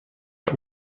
der